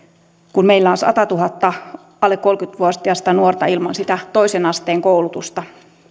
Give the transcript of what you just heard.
kun meillä on sadalletuhannelle alle kolmekymmentä vuotiasta nuorta ilman sitä toisen asteen koulutusta